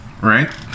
right